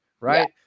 Right